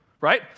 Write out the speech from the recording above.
right